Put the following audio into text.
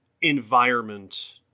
environment